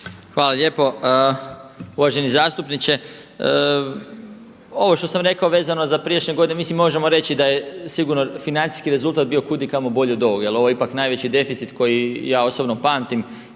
Hvala lijepo. Uvaženi zastupniče, ovo što sam rekao vezano za prijašnje godine mislim možemo reći da je sigurno financijski rezultat bio kud i kamo bolji od ovoga, jer ovo je ipak najveći deficit koji ja osobno pamtim